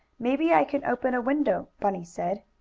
maybe i can open a window, bunny said.